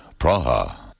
Praha